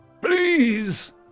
Please